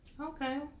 Okay